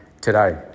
today